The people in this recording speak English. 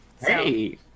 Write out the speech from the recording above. Hey